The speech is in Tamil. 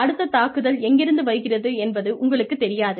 அடுத்த தாக்குதல் எங்கிருந்து வருகிறது என்பது உங்களுக்குத் தெரியாது